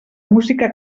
música